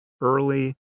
early